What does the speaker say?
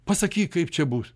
pasakyk kaip čia bus